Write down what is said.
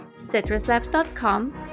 citruslabs.com